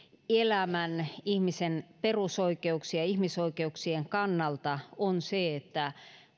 elämän ihmisen perusoikeuksien ja ihmisoikeuksien kannalta on se että